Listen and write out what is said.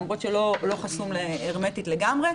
למרות שהוא לא חסום הרמטית לגמרי,